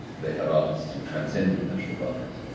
they had artists who transcended national boundaries.